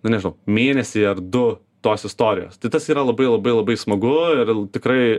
nu nežinau mėnesį ar du tos istorijos tai tas yra labai labai labai smagu ir l tikrai